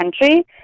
country